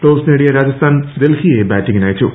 toss നേടിയ രാജസ്ഥാൻ ഡൽഹിയെ ബാറ്റിംഗിനയച്ചു